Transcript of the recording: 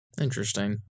Interesting